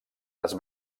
les